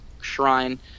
shrine